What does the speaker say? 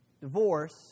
Divorce